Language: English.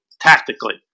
tactically